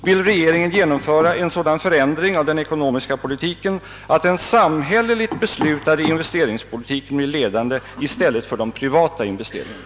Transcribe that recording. Vill regeringen genomfö ra en sådan förändring av den ekoncmiska politiken, att en samhälleligt beslutad investeringspolitik blir ledande i stället för de privata investeringarna?